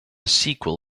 sequel